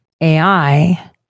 AI